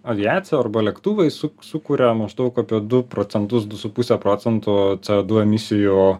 aviacija arba lėktuvai suk sukuria maždaug apie du procentus du su puse procento c o du emisijų